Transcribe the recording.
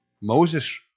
Moses